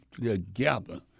together